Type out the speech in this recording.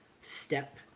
step